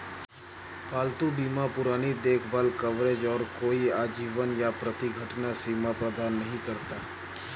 पालतू बीमा पुरानी देखभाल कवरेज और कोई आजीवन या प्रति घटना सीमा प्रदान नहीं करता